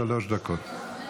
שלוש דקות.